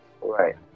Right